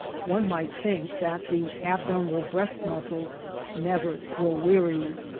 one might think that the abnormal breast-muscles never grew weary.